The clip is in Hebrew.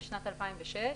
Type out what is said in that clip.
משנת 2006,